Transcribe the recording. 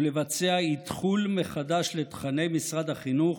לבצע אתחול מחדש לתוכני משרד החינוך